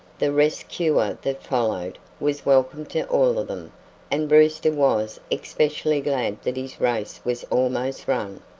the rest cure that followed was welcome to all of them and brewster was especially glad that his race was almost run.